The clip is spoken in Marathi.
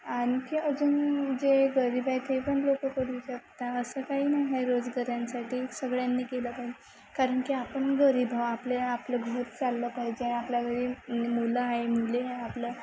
आणखी अजून जे गरीब आहे ते पण लोक करू शकतात असं काही नाही आहे रोजगारांसाठी सगळ्यांनी केलं पाहिजे कारण की आपण गरीब आहो आपल्या आपलं घर चाललं पाहिजे आपल्या घरी मुलं आहे मुली आहे आपलं